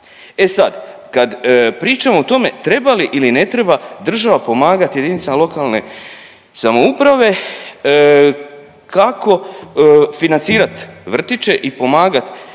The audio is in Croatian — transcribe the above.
E sad, kad pričamo o tome treba li ili ne treba država pomagati jedinicama lokalne samouprave kako financirat vrtiće i pomagat